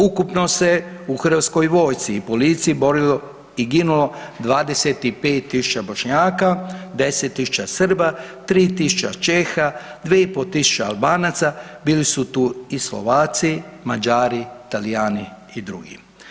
Ukupno se u Hrvatskoj vojsci i policiji borilo i ginulo 25 000 Bošnjaka, 10 000 Srba, 3 000 Čeha, 2 500 Albanaca, bili su tu i Slovaci, Mađari, Talijani i drugi.